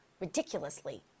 ridiculously